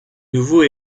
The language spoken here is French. nouveau